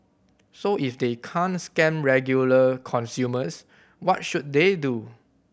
so if they can't scam regular consumers what should they do